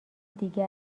دیگه